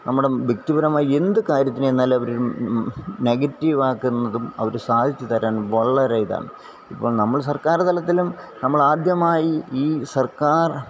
നമ്മുടെ വ്യക്തിപരമായ എന്ത് കാര്യത്തിനു ചെന്നാലും അവര് നെഗറ്റീവാക്കുന്നതും അവര് സാധിച്ചുതരാന് വളരെ ഇതാണ് ഇപ്പോള് നമ്മള് സര്ക്കാര് തലത്തിലും നമ്മളാദ്യമായി ഈ സര്ക്കാര്